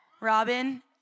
Robin